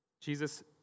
Jesus